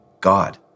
God